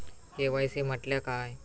KYC म्हटल्या काय?